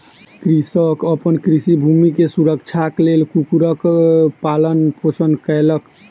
कृषक अपन कृषि भूमि के सुरक्षाक लेल कुक्कुरक पालन पोषण कयलक